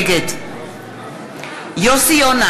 נגד יוסי יונה,